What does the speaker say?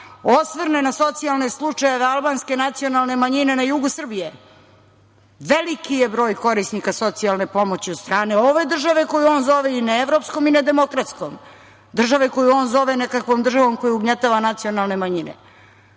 osvrne na socijalne slučajeve albanske nacionalne manjine na jugu Srbije. Veliki je broj korisnika socijalne pomoći od strane ove države koju on zove i neevropskom i nedemokratskom, države koje on zove nekakvom državom koja ugnjetava nacionalne manjine,